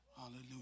Hallelujah